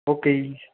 okay ਜੀ